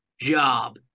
job